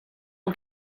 ont